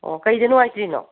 ꯑꯣ ꯀꯔꯤꯗ ꯅꯨꯡꯉꯥꯏꯇ꯭ꯔꯤꯅꯣ